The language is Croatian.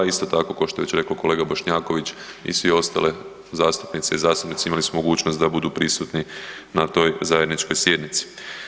A isto tako ko što je već rekao kolega Bošnjaković i svi ostale zastupnice i zastupnici imali su mogućnost da budu prisutni na toj zajedničkoj sjednici.